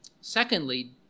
Secondly